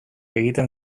egin